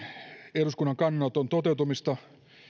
eduskunnan senaatti kannanoton toteutumista